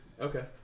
Okay